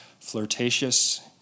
flirtatious